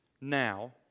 now